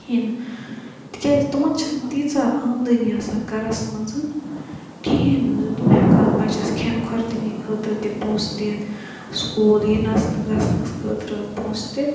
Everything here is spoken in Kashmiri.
کِہِیٖنۍ تکیازِ تِمَن چھَنہِ تیٖژاہ آمدٔنی آسان گَرَس مَنٛز کِہیٖنۍ نہٕ زِ تِم ہیٚکہٕ ہَن بَچَس کھیٚن کھوٚردٲنی خٲطرٕ تہِ پونٛسہِ دِتھ سکوٗل یِنَس تہِ گَژھنَس خٲطرٕ پونٛسہِ دِتھ